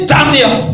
Daniel